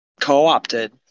co-opted